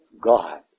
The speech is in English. God